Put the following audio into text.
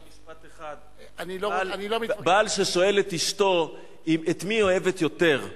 משפט אחד: בעל ששואל את אשתו את מי היא אוהבת יותר,